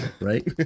Right